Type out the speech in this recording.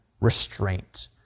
restraint